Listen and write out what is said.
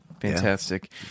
Fantastic